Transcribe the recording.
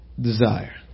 desire